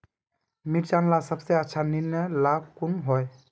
मिर्चन ला सबसे अच्छा निर्णय ला कुन होई?